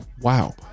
wow